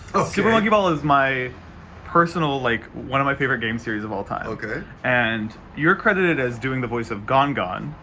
super monkey ball is my personal. like one of my favorite game series of all time. okay. and you're credited as doing the voice of gongon.